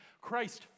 Christ